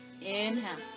Inhale